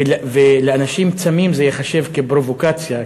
ולאנשים צמים זה ייחשב פרובוקציה,